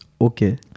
Okay